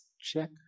check